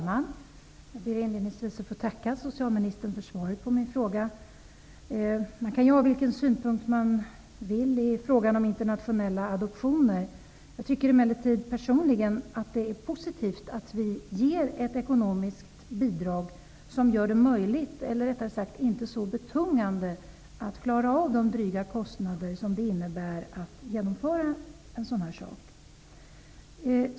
Herr talman! Jag ber inledningsvis att få tacka socialministern för svaret på min fråga. Man kan ha vilken synpunkt man vill i frågan om internationella adoptioner. Jag tycker emellertid personligen att det är positivt att vi ger ett ekonomiskt bidrag som gör det möjligt eller, rättare sagt, inte så betungande att klara av de dryga kostnader som det innebär att genomföra en internationell adoption.